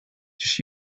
just